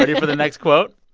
ah yeah for the next quote?